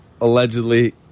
allegedly